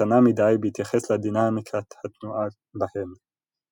קטנה מדי בהתייחס לדינמיקת התנועה בהן.